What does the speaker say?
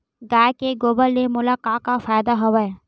गाय के गोबर ले मोला का का फ़ायदा हवय?